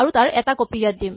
আৰু তাৰ এটা কপি ইয়াত দিম